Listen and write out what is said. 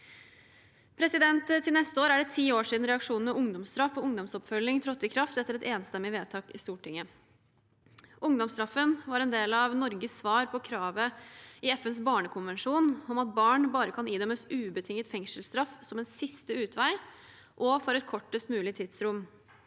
løpebane. Til neste år er det ti år siden reaksjonene ungdomsstraff og ungdomsoppfølging trådte i kraft etter et enstemmig vedtak i Stortinget. Ungdomsstraffen var en del av Norges svar på kravet i FNs barnekonvensjon om at barn bare kan idømmes ubetinget fengselsstraff som en siste utvei og for et kortest mulig tidsrom.